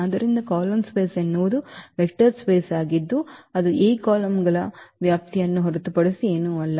ಆದ್ದರಿಂದ column space ಎನ್ನುವುದು vector space ಆಗಿದ್ದು ಅದು A ಕಾಲಮ್ಗಳ ವ್ಯಾಪ್ತಿಯನ್ನು ಹೊರತುಪಡಿಸಿ ಏನೂ ಅಲ್ಲ